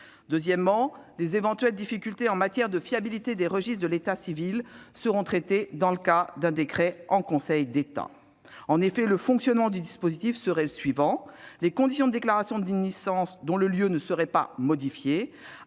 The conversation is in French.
Deuxièmement, les éventuelles difficultés en matière de fiabilité des registres d'état civil seront traitées par le biais d'un décret en Conseil d'État. En effet, le fonctionnement du dispositif serait le suivant : les conditions de déclaration d'une naissance, dont le lieu, ne seraient pas modifiées